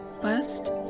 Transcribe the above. First